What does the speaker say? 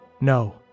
No